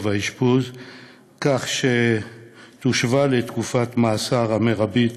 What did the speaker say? האשפוז כך שתשווה לתקופת המאסר המרבית